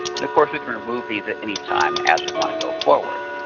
and of course, we can remove these at any time as we want to go forward.